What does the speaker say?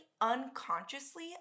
unconsciously